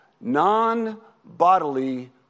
non-bodily